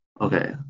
Okay